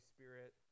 Spirit